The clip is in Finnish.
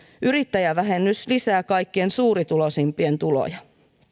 yrittäjävähennys lisää kaikkein suurituloisimpien tuloja